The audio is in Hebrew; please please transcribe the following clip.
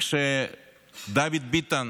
כשדוד ביטן